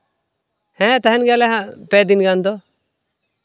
ᱦᱮᱸ ᱛᱟᱦᱮᱱ ᱜᱮᱭᱟᱞᱮ ᱦᱟᱸᱜ ᱯᱮ ᱫᱤᱱ ᱜᱟᱱ ᱫᱚ